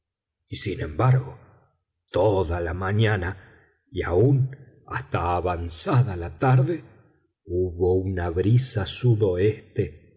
y sin embargo toda la mañana y aun hasta avanzada la tarde hubo una brisa sudoeste